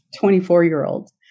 24-year-old